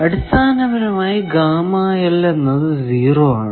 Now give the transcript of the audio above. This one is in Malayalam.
അടിസ്ഥാനമായി എന്നത് 0 ആണ്